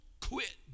Quit